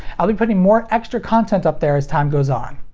i'll be putting more extra content up there as time goes on.